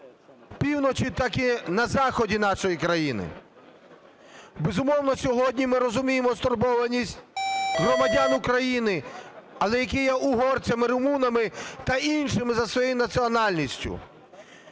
півночі, так і на заході нашої країні. Безумовно, сьогодні ми розуміємо стурбованість громадян України, але які є угорцями, румунами та іншими за своєю національністю.